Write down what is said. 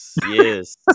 Yes